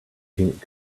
pink